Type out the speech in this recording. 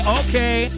okay